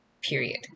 period